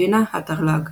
וינה ה'תרל"ג